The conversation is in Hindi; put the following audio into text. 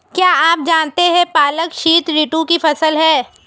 क्या आप जानते है पालक शीतऋतु की फसल है?